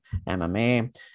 mma